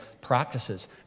practices